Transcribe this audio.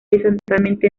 horizontalmente